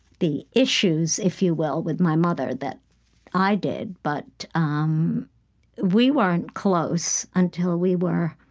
the issues, if you will, with my mother that i did, but um we weren't close until we were